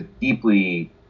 deeply